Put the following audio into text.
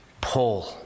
Paul